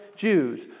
Jews